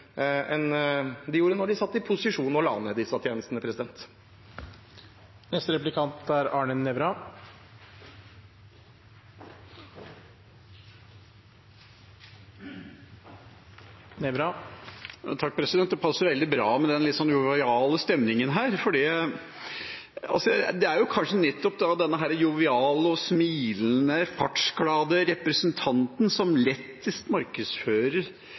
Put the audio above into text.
enn de gjorde da de satt i posisjon og la ned disse tjenestene. Det passer veldig bra med den litt joviale stemningen her. Det er kanskje nettopp denne joviale og smilende, fartsglade representanten som lettest markedsfører